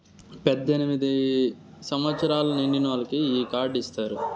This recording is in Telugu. పద్దెనిమిది సంవచ్చరాలు నిండినోళ్ళకి ఈ కార్డు ఇత్తారు